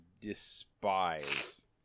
despise